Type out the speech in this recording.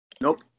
Nope